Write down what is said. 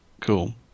Cool